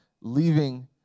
leaving